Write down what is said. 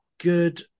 Good